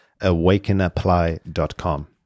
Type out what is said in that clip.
awakenapply.com